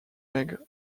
maigre